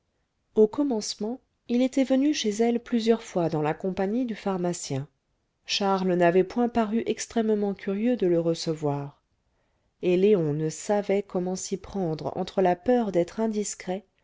au commencement il était venu chez elle plusieurs fois dans la compagnie du pharmacien charles n'avait point paru extrêmement curieux de le recevoir et léon ne savait comment s'y prendre entre la peur d'être indiscret